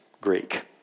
Greek